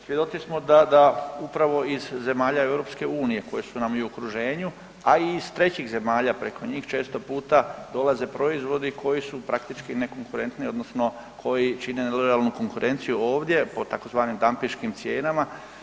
Svjedoci smo da upravo iz zemalja EU-a koje su nam i u okruženju a i iz Trećih zemalja, preko njih često puta dolaze proizvodi koji su praktički nekonkurentni odnosno koji čine nelojalno konkurenciju ovdje po tzv. dampinškim cijenama.